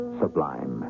sublime